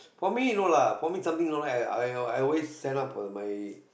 for me no lah for me something you know ah I'll I'll always stand up for my